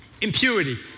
Impurity